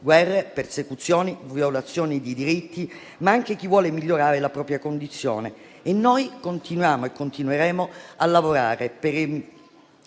persecuzioni, violazioni di diritti, ma anche chi vuole migliorare la propria condizione - e noi continuiamo e continueremo a lavorare perché